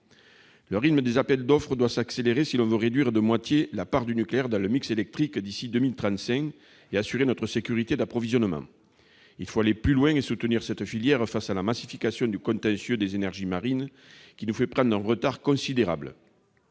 Le rythme des appels d'offres doit s'accélérer si l'on veut réduire de moitié la part du nucléaire dans le mix électrique d'ici à 2035 et assurer notre sécurité d'approvisionnement. Il faut aller plus loin et soutenir cette filière face à la massification du contentieux des énergies marines, qui nous fait prendre un retard considérable.